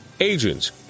agents